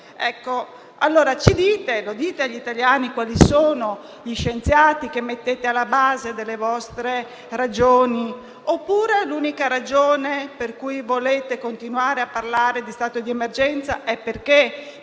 allora ci dite, e lo dite agli italiani, quali sono gli scienziati i cui orientamenti mettete alla base delle vostre ragioni, oppure l'unica ragione per cui volete continuare a parlare di stato di emergenza è perché